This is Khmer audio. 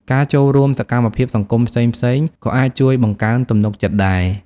ការចូលរួមសកម្មភាពសង្គមផ្សេងៗក៏អាចជួយបង្កើនទំនុកចិត្តដែរ។